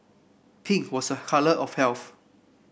pink was a colour of health